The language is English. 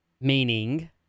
Meaning